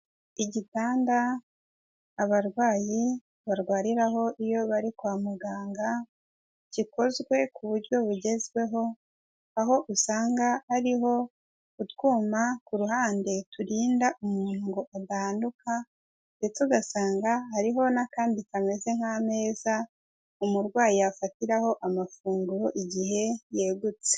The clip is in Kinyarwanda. Igitanda abarwayi barwariraho iyo bari kwa muganga gikozwe ku buryo bugezweho, aho usanga hariho utwuma ku ruhande turinda umuntu ngo adahanuka ndetse ugasanga hariho n'akandi kameze nk'ameza umurwayi yafatiraho amafunguro igihe yegutse.